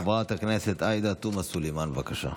חברת הכנסת עאידה תומא סלימאן, בבקשה.